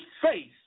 face